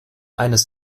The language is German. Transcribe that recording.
eines